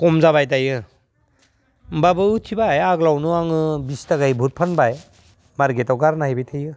खम जाबाय दायो होनबाबो उथिबाय आगोलावनो आङो बिस थाखायै बहुत फानबाय मारकेटआव गारना हैबाय थायो